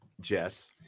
Jess